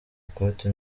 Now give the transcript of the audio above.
ikote